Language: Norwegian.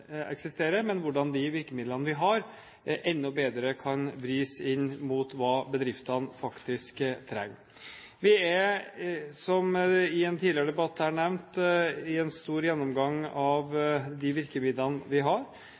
eksisterer, men at det går på hvordan de virkemidlene vi har, enda bedre kan vris inn mot hva bedriftene faktisk trenger. Vi er, som i en tidligere debatt her nevnt, inne i en stor gjennomgang av de virkemidlene vi har.